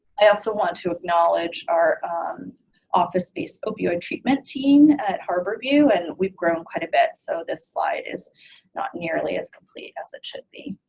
i also want to acknowledge our office based opioid treatment team at harborview and we've grown quite a bit so this slide is not nearly as complete as it should be.